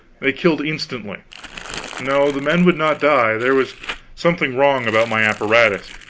they killed instantly no, the men would not die, there was something wrong about my apparatus,